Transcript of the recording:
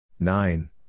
Nine